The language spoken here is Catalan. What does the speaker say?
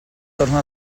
torna